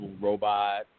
robot